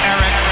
Eric